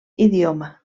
idioma